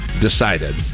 decided